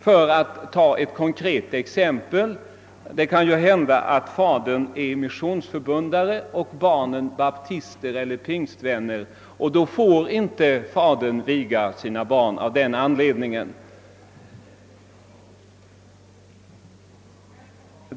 För att ta ett konkret exempel kan det inträffa att fadern är missionsförbundare och barnen baptister eller pingstvänner, och av den anledningen får fadern då inte viga sina barn.